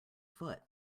foot